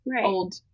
old